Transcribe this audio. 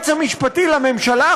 היועץ המשפטי לממשלה,